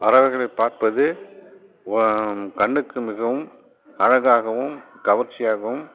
பறவைகளை பார்ப்பது கண்ணுக்கு மிகவும் அழகாகவும் கவர்ச்சியாகவும்